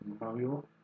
Mario